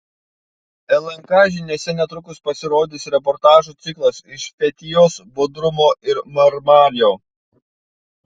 lnk žiniose netrukus pasirodys reportažų ciklas iš fetijos bodrumo ir marmario